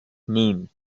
moon